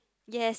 yes